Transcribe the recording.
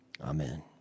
Amen